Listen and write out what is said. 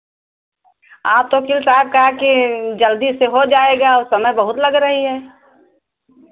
आप तो वकील साहब कहा कि जल्दी से हो जाएगा और समय बहुत लग रही है